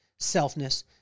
selfness